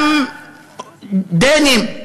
גם דנים.